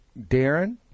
Darren